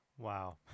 Wow